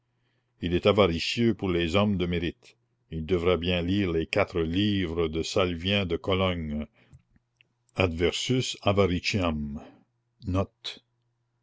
il est avaricieux pour les hommes de mérite il devrait bien lire les quatre livres de salvien de cologne